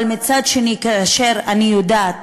אבל מצד שני, כאשר אני יודעת